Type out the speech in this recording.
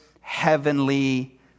heavenly